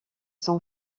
son